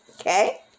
Okay